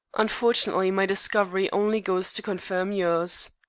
unfortunately, my discovery only goes to confirm yours.